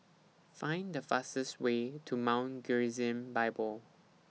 Find The fastest Way to Mount Gerizim Bible